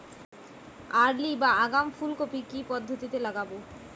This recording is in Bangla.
আর্লি বা আগাম ফুল কপি কি পদ্ধতিতে লাগাবো?